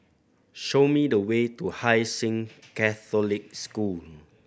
show me the way to Hai Sing Catholic School